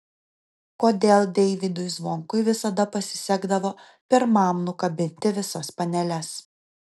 kodėl deivydui zvonkui visada pasisekdavo pirmam nukabinti visas paneles